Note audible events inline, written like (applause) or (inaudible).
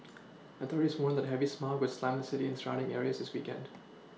(noise) authorities warned the heavy smog would slam the city and surrounding areas this weekend